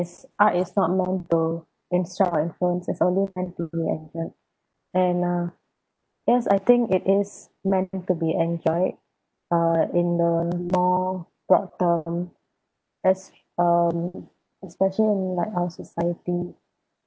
art is not meant to instruct or inform it's only meant to be enjoyed and uh yes I think it is meant to be enjoyed uh in the more broad term cause um especially in like our society